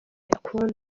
akunda